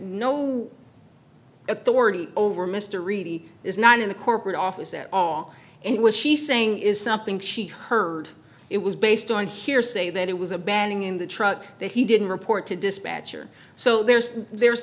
no authority over mr ricci is not in the corporate office at all and was she saying is something she heard it was based on hearsay that it was a banding in the truck that he didn't report to dispatcher so there's there's